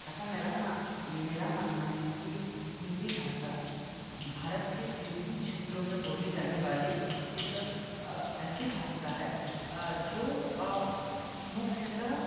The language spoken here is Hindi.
ऐसा मेरा मेरा मानना है कि हिन्दी भाषा भारत के विभिन्न क्षेत्रों में बोली जाने वाली एक ऐसी भाषा है जो मुख्यतः